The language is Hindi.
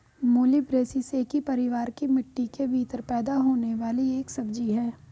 मूली ब्रैसिसेकी परिवार की मिट्टी के भीतर पैदा होने वाली एक सब्जी है